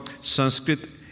Sanskrit